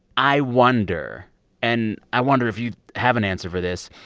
i wonder and i wonder if you have an answer for this.